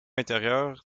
intérieur